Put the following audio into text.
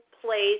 place